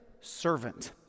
servant